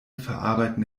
verarbeiten